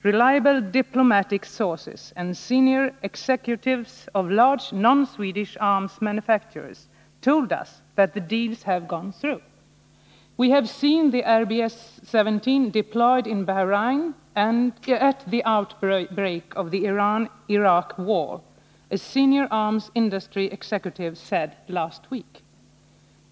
Reliable diplomatic sources and senior executives of large non Swedish arms manufacturers told us that the deals have gone through. ——- We have seen the RBS-70 deployed in Bahrain at the outbreak of the Iran-Iraq war, a senior arms industry executive said last week.